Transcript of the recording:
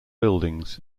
buildings